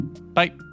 bye